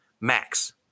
max